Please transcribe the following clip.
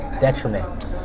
detriment